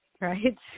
Right